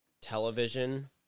television